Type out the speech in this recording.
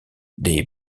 des